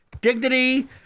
dignity